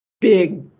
big